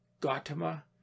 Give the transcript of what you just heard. Gautama